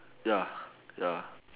ya ya